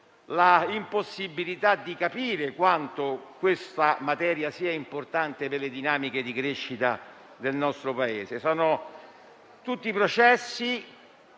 dell'impossibilità di capire quanto questa materia sia importante per le dinamiche di crescita del Paese. Sono processi